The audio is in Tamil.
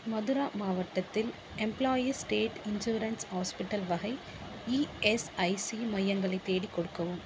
மதுரா மாவட்டத்தில் எம்ப்ளாயீஸ் ஸ்டேட் இன்சூரன்ஸ் ஹாஸ்பிட்டல் வகை இஎஸ்ஐசி மையங்களை தேடிக் கொடுக்கவும்